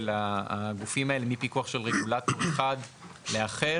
הגופים האלה מפיקוח של רגולטור אחד לאחר,